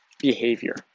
behavior